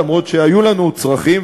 אף שהיו לנו צרכים,